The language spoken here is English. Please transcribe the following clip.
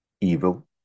evil